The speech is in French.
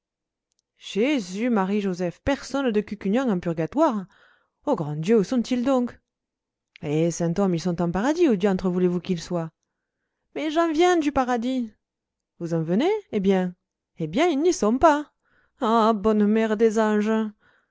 jésus marie joseph personne de cucugnan en purgatoire ô grand dieu où sont-ils donc eh saint homme ils sont en paradis où diantre voulez-vous qu'ils soient mais j'en viens du paradis vous en venez eh bien eh bien ils n'y sont pas ah bonne mère des anges